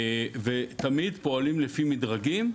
ותמיד פועלים לפי מדרגים.